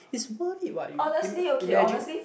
it's worth it what you im~ imagine